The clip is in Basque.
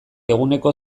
eguneko